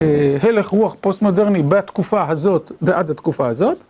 הלך רוח פוסט-מודרני בתקופה הזאת ועד התקופה הזאת.